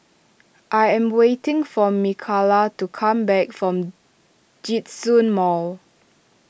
I am waiting for Mikalah to come back from Djitsun Mall